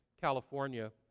California